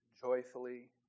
joyfully